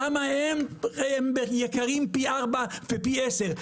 למה הם יקרים פי ארבע ופי עשר,